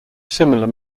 similar